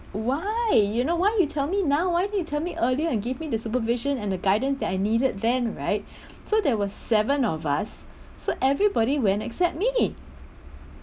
why you know why you tell me now why didn't you tell me earlier and give me the supervision and the guidance that I needed then right so there were seven of us so everybody went except me